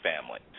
family